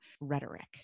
rhetoric